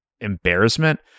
embarrassment